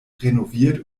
renoviert